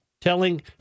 telling